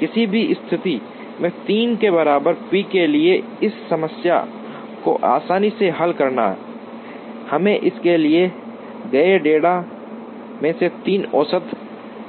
किसी भी स्थिति में 3 के बराबर p के लिए इस समस्या को आसानी से हल करना हमें इस दिए गए डेटा में से तीन औसत